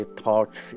thoughts